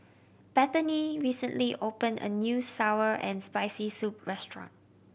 Bethany recently opened a new sour and Spicy Soup restaurant